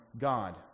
God